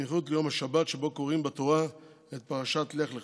בסמיכות ליום השבת שבו קוראים בתורה את פרשת לך לך,